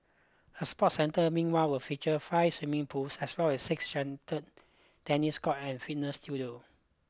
a sport centre meanwhile will feature five swimming pools as well as six tennis court and fitness studio